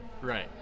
Right